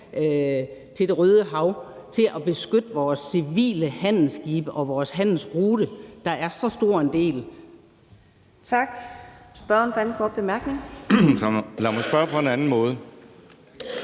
til Det Røde Hav til at beskytte vores civile handelsskibe og vores handelsrute. Kl. 10:45 Fjerde